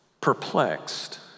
perplexed